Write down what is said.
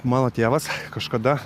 mano tėvas kažkada